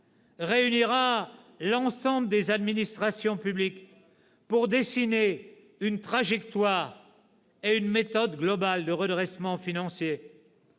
réunira l'ensemble des administrations publiques, pour dessiner une trajectoire et une méthode globale de redressement financier.